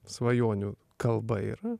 svajonių kalba yra